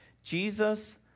Jesus